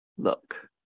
look